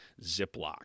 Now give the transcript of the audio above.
Ziploc